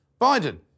Biden